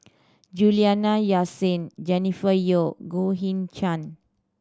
Juliana Yasin Jennifer Yeo Goh Eng Han